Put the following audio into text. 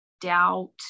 doubt